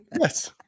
Yes